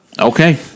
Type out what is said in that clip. Okay